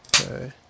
Okay